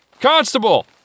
Constable